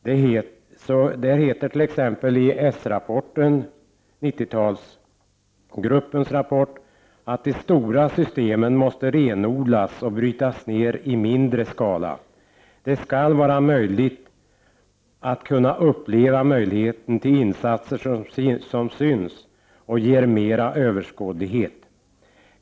Det heter t.ex. i 90-talsgruppens rapport att de stora systemen måste renodlas och brytas ner i mindre skala. Det skall vara möjligt att uppleva insatser som syns och som ger mera överskådlighet.